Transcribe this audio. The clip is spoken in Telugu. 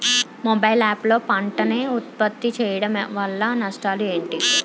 మొబైల్ యాప్ లో పంట నే ఉప్పత్తి చేయడం వల్ల నష్టాలు ఏంటి?